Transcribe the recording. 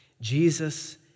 Jesus